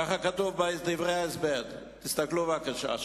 כך כתוב בדברי ההסבר, תסתכלו שם בבקשה.